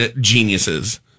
geniuses